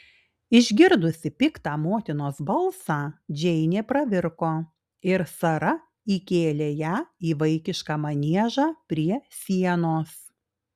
išgirdusi piktą motinos balsą džeinė pravirko ir sara įkėlė ją į vaikišką maniežą prie sienos